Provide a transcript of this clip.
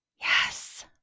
Yes